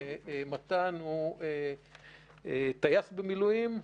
מתן הוא טייס במילואים.